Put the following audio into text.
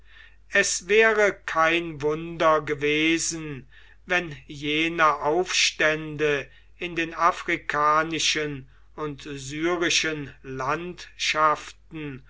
es wäre kein wunder gewesen wenn jene aufstände in den afrikanischen und syrischen landschaften